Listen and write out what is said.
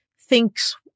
thinks